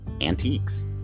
antiques